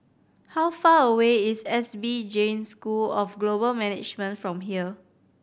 how far away is S P Jain School of Global Management from here